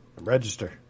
Register